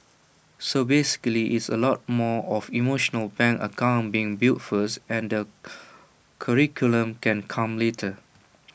so basically IT is A lot more of emotional bank account being built first and the curriculum can come later